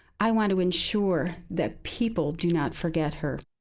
i want to ensure that people do not forget her.